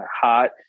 hot